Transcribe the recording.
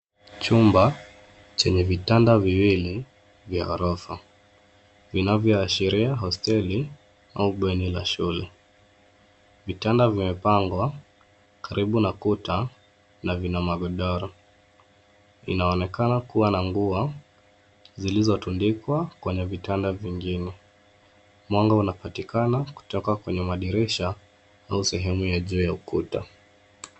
Chumba chenye vitanda viwili vya ghorofa, vinavyoashiria hosteli au bweni la shule. Vitanda vimepangwa karibu na kuta na vina magodoro. Inaonekana kuwa na nguo zilizotundikwa kwenye vitanda vingine. Mwanga unapatikana kutoka kwenye madirisha au sehemu ya juu ya ukuta.